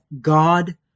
God